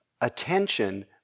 attention